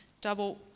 double